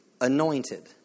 anointed